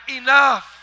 enough